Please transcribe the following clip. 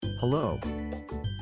Hello